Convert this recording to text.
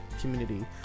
community